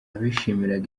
bishimiraga